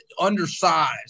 undersized